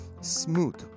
smooth